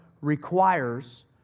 requires